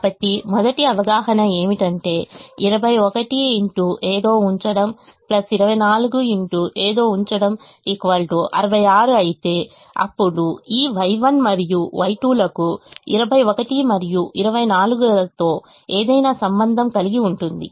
కాబట్టి మొదటి అవగాహన ఏమిటంటే21 x ఏదో 24 x ఏదో 66 అయితే అప్పుడు ఈ Y1 మరియు Y2 లకు 21 మరియు 24 లతో ఏదైనా సంబంధం కలిగి ఉంటుంది